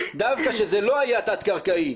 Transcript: דווקא שזה לא היה תת קרקעי,